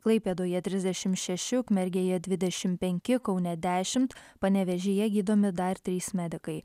klaipėdoje trisdešimt šeši ukmergėje dvidešimt penki kaune dešimt panevėžyje gydomi dar trys medikai